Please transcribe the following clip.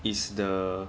it's the